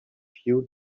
few